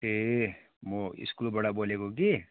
ए म स्कुलबाट बोलको कि